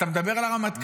אתה מדבר על הרמטכ"ל.